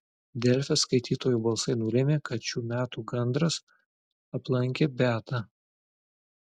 delfi skaitytojų balsai nulėmė kad šių metų gandras aplankė beatą